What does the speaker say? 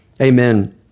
amen